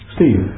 Steve